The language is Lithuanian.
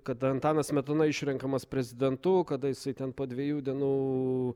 kada antanas smetona išrenkamas prezidentu kada jisai ten po dviejų dienų